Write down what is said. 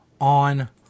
on